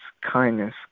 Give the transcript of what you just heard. kindness